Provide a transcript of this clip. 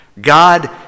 God